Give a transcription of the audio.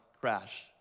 crash